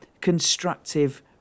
constructive